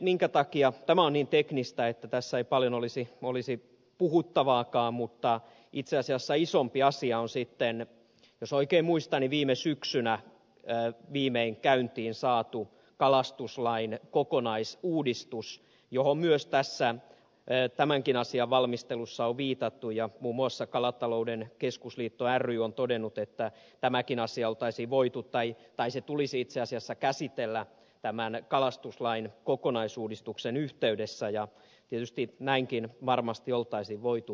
tämä on niin teknistä että tässä ei paljon olisi puhuttavaakaan mutta itse asiassa isompi asia on sitten jos oikein muistan viime syksynä viimein käyntiin saatu kalastuslain kokonaisuudistus johon myös tämänkin asian valmistelussa on viitattu ja muun muassa kalatalouden keskusliitto ry on todennut että tämäkin asia tulisi itse asiassa käsitellä kalastuslain kokonaisuudistuksen yhteydessä ja tietysti näinkin varmasti olisi voitu toimia